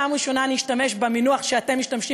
פעם ראשונה אני אשתמש במינוח שאתם משתמשים